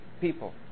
people